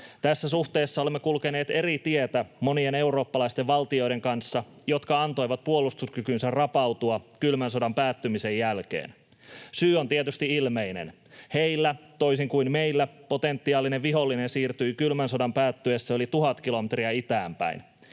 Tässä suhteessa olemme kulkeneet eri tietä monien eurooppalaisten valtioiden kanssa, jotka antoivat puolustuskykynsä rapautua kylmän sodan päättymisen jälkeen. Syy on tietysti ilmeinen: Heillä toisin kuin meillä potentiaalinen vihollinen siirtyi kylmän sodan päättyessä yli tuhat kilometriä itään päin.